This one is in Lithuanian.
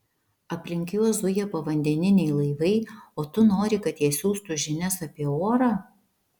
aplink juos zuja povandeniniai laivai o tu nori kad jie siųstų žinias apie orą